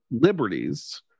liberties